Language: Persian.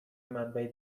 منبع